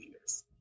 years